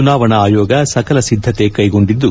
ಚುನಾವಣಾ ಅಯೋಗ ಸಕಲ ಸಿದ್ದತೆ ಕೈಗೊಂಡಿದ್ದು